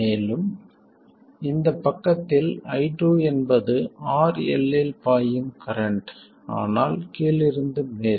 மேலும் இந்தப் பக்கத்தில் i2 என்பது RL இல் பாயும் கரண்ட் ஆனால் கீழிருந்து மேல்